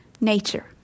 nature